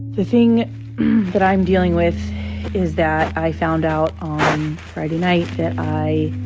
the thing that i'm dealing with is that i found out on friday night that i,